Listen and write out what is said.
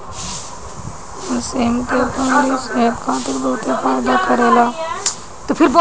सेम के फली सेहत खातिर बहुते फायदा करेला